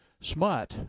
smut